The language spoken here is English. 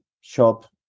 shop